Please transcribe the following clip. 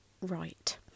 Right